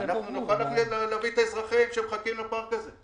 נוכל להביא את האזרחים שמחכים לפארק הזה.